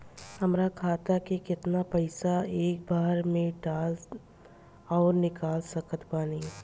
हमार खाता मे केतना पईसा एक बेर मे डाल आऊर निकाल सकत बानी?